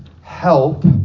help